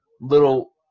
little